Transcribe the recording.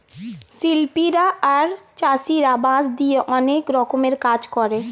শিল্পীরা আর চাষীরা বাঁশ দিয়ে অনেক রকমের কাজ করে